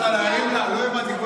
לא הבנתי,